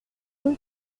rue